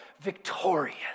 victorious